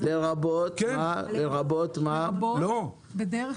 "לרבות מתן